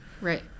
right